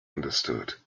understood